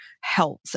health